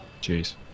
Cheers